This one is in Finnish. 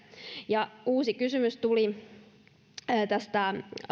ja uusi kysymys tuli